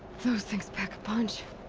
those things pack a punch!